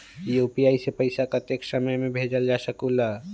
UPI से पैसा कतेक समय मे भेजल जा स्कूल?